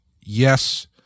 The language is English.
yes